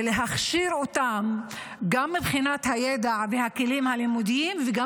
ולהכשיר אותם גם מבחינת הידע והכלים הלימודיים וגם